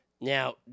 Now